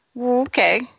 Okay